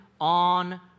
on